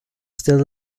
still